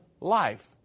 life